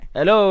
Hello